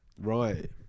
Right